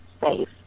safe